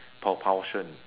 propulsion